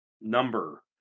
Number